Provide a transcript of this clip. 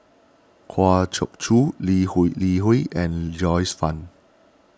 Kwa choke Choo Lee Hui Li Hui and Joyce Fan